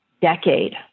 decade